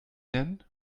nennen